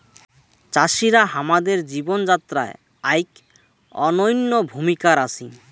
চাষিরা হামাদের জীবন যাত্রায় আইক অনইন্য ভূমিকার আছি